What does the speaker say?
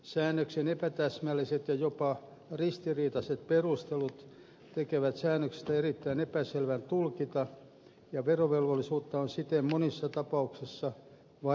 säännöksen epätäsmälliset ja jopa ristiriitaiset perustelut tekevät säännöksestä erittäin epäselvän tulkita ja verovelvollisuutta on siten monissa tapauksissa vaikea määritellä